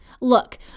Look